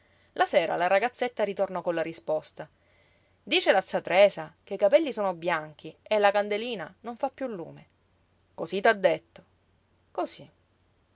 la sera la ragazzetta ritornò con la risposta dice la z tresa che i capelli sono bianchi e la candelina non fa piú lume cosí t'ha detto cosí